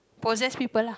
possess people lah